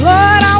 Lord